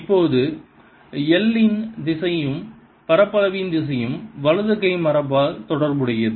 இப்போது l இன் திசையும் பரப்பளவின் திசையும் வலது கை மரபால் தொடர்புடையது